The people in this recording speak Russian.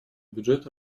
бюджет